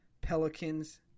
Pelicans